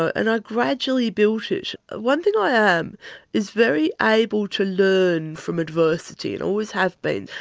and i gradually built it. one thing i am is very able to learn from adversity, and always have been,